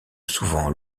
souvent